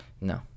No